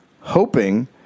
hoping